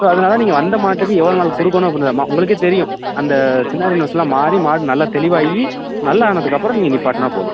so அதனால் நீங்கள் வந்த மாட்டுக்கு எவ்வளோ நாள் கொடுக்கணும் அப்புடின்றத ம உங்களுக்கே தெரியும் அந்த சின்னாரி நோஸ்லாம் மாதிரி மாடு நல்லா தெளிவாகி நல்லானத்துக்கப்புறம் நீங்கள் நிப்பாட்டினா போதும்